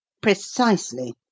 Precisely